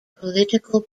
political